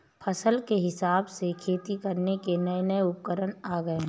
फसल के हिसाब से खेती करने के नये नये उपकरण आ गये है